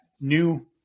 new